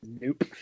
nope